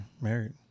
married